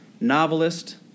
novelist